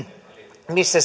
missä